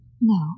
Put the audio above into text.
No